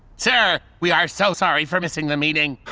sir, we are so sorry for missing the meeting.